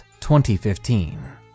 2015